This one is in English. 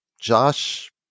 Josh